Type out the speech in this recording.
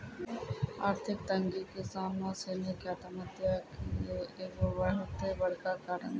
आर्थिक तंगी किसानो सिनी के आत्महत्या के एगो बहुते बड़का कारण छै